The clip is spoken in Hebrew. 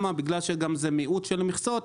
בגלל שזה מיעוט של מכסות,